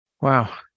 Wow